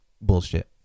bullshit